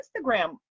Instagram